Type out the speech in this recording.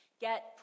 Get